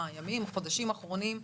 החודשים האחרונים,